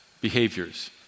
behaviors